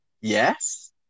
Yes